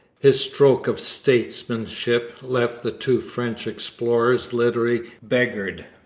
his stroke of statesmanship left the two french explorers literally beggared,